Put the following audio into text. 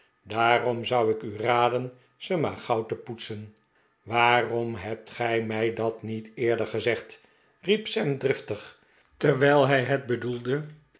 daarom zou ik u raden ze maar gauw'te poetsen waarom hebt gij mij dat niet eerder gezegd riep sam driftig terwijl hij het bedoelde